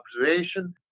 observation